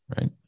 Right